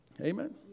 Amen